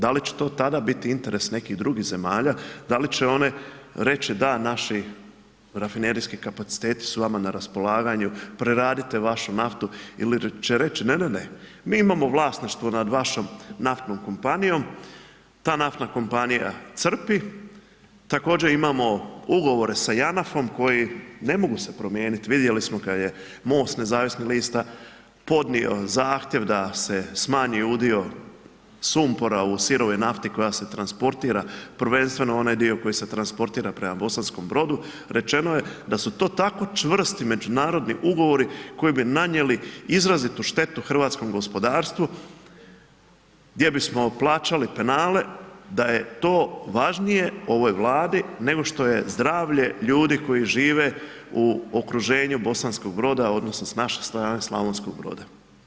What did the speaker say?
Da li će to tada biti interes nekih drugih zemalja, da li će one reći da naši rafinerijski kapaciteti su vama na raspolaganju, preradite vašu naftu ili će reći, ne, ne, ne, mi imamo vlasništvo nad vašom naftnom kompanijom, ta naftna kompanija crpi, također imamo ugovore sa JANAF-om koji ne mogu se promijeniti vidjeli smo kad je MOST nezavisnih lista podnio zahtjev da se smanji udio sumpora u sirovoj nafti koja se transportira prvenstveno onaj dio koji se transportira prema Bosanskom Brodu rečeno je da su to tako čvrsti međunarodni ugovori koji bi nanijeli izrazitu štetu hrvatskom gospodarstvu gdje bismo plaćali penale, da je to važnije ovoj Vladi nego što je zdravlje ljudi koji žive u okruženju Bosanskog Broda odnosno s naše strane Slavonskog Broda.